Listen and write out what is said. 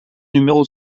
numéro